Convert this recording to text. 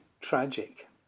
tragic